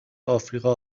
آفریقا